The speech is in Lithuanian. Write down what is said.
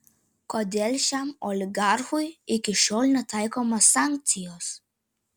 kodėl šiam oligarchui iki šiol netaikomos sankcijos